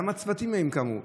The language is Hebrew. גם הצוותים קמו.